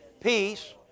Peace